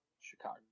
Chicago